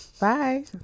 Bye